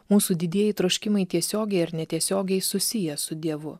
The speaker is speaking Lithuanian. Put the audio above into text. mūsų didieji troškimai tiesiogiai ar netiesiogiai susiję su dievu